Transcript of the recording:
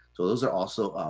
so those are also